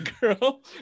girl